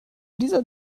dieser